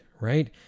right